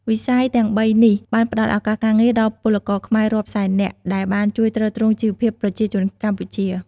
វិស័យទាំងបីនេះបានផ្ដល់ឱកាសការងារដល់ពលករខ្មែររាប់សែននាក់ ដែលបានជួយទ្រទ្រង់ជីវភាពប្រជាជនកម្ពុជា ។